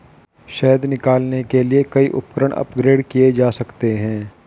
शहद निकालने के लिए कई उपकरण अपग्रेड किए जा सकते हैं